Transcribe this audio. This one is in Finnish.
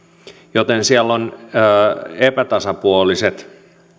joten siellä on epätasapuoliset